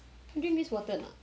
drink this water or not